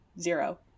Zero